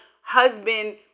husband